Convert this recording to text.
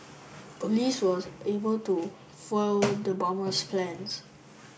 police was able to foil the bomber's plans